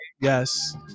Yes